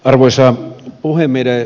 arvoisa puhemies